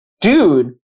dude